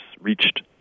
reached